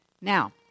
Now